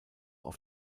auf